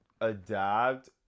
adapt